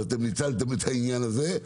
ואתם ניצלתם את העניין הזה,